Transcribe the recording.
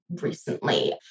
recently